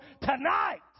tonight